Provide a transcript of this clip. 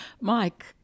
Mike